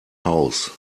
haus